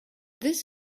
this